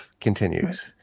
continues